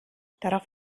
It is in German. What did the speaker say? darauf